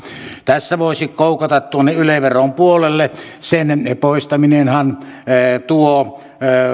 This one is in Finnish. tässä voisi koukata yle veron puolelle sen poistaminenhan taas tuo